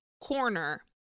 corner